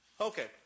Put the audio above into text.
Okay